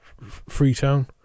Freetown